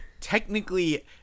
technically